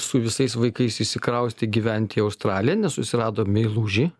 su visais vaikais išsikraustė gyventi į australiją nes susirado meilužį